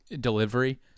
delivery